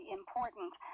important